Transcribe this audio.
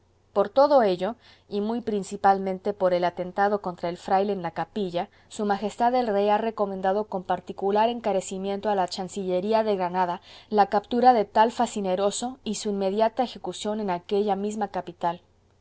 por todo ello y muy principalmente por el atentado contra el fraile en la capilla s m el rey ha recomendado con particular encarecimiento a la chancillería de granada la captura del tal facineroso y su inmediata ejecución en aquella misma capital